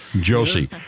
Josie